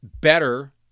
better